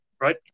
right